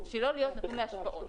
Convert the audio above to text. לא להיות נתון להשפעות.